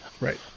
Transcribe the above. Right